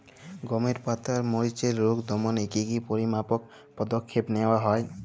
গমের পাতার মরিচের রোগ দমনে কি কি পরিমাপক পদক্ষেপ নেওয়া হয়?